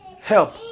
help